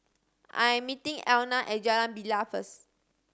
I am meeting Elna at Jalan Bilal first